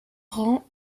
rangs